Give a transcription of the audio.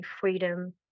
freedom